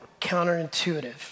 counterintuitive